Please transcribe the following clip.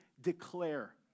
declare